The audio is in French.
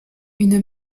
une